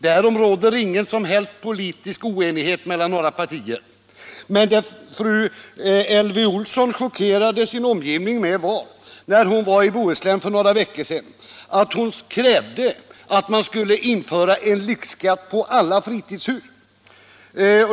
Därom råder ingen som helst politisk oenighet mellan några partier. Men det fru Elvy Olsson chockerade sin omgivning med i Bohuslän för några veckor sedan var att hon där krävde att man skulle införa en lyxskatt på alla fritidshus.